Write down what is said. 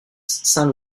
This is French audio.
saint